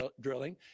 drilling